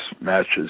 matches